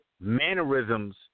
mannerisms